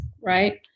right